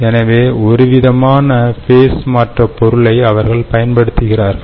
எனவே ஒருவிதமான ஃபேஸ் மாற்ற பொருளை அவர்கள் பயன்படுத்துகிறார்கள்